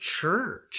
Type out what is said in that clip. church